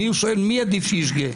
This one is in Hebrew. אני שואל, מי עדיף שישגה?